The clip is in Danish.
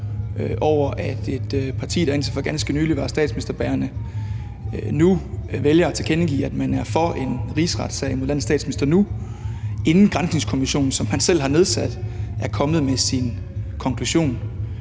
over, at et parti, der indtil for ganske nylig var statsministerbærende, nu vælger at tilkendegive, at man er for en rigsretssag mod landets statsminister, inden granskningskommissionen, som man selv har nedsat, er kommet med sin konklusion.